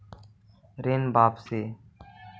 ऋण वापसी?